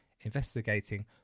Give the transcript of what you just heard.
investigating